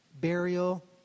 burial